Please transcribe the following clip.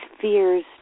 fears